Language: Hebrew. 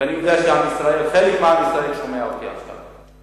ואני יודע שחלק מעם ישראל שומע אותי עכשיו,